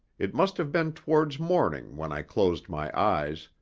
it must have been towards morning when i closed my eyes,